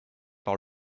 par